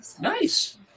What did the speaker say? Nice